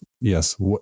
yes